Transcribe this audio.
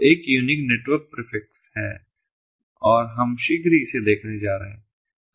तो एक unique network prefix है और हम शीघ्र ही इसे देखने जा रहे हैं